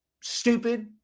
stupid